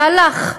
והלך,